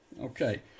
Okay